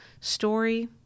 story